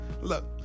Look